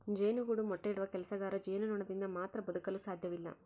ಜೇನುಗೂಡು ಮೊಟ್ಟೆ ಇಡುವ ಕೆಲಸಗಾರ ಜೇನುನೊಣದಿಂದ ಮಾತ್ರ ಬದುಕಲು ಸಾಧ್ಯವಿಲ್ಲ